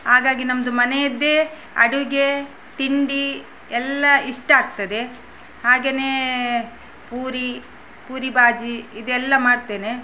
ಹಾಗಾಗಿ ನಮ್ಮದು ಮನೆಯದ್ದೇ ಅಡುಗೆ ತಿಂಡಿ ಎಲ್ಲ ಇಷ್ಟ ಆಗ್ತದೆ ಹಾಗೆಯೇ ಪೂರಿ ಪೂರಿ ಬಾಜಿ ಇದೆಲ್ಲ ಮಾಡ್ತೇನೆ